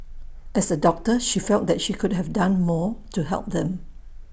as A doctor she felt she could have done more to help them